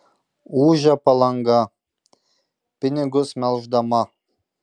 ūžia palanga pinigus melždama